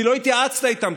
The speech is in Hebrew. כי לא התייעצת איתם,